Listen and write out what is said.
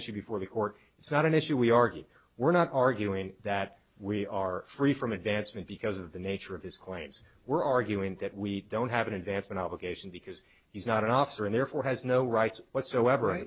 issue before the court it's not an issue we argue we're not arguing that we are free from advancement because of the nature of his claims we're arguing that we don't have in advance an obligation because he's not an officer and therefore has no rights whatsoever